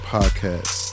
Podcast